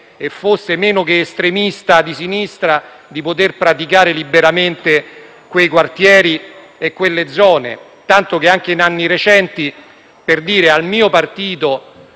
e fosse meno che estremista di sinistra, di poter praticare liberamente quei quartieri e quelle zone, tanto che anche in anni recenti al mio partito